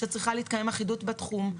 שצריכה להתקיים אחידות בתחום.